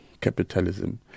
capitalism